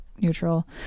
neutral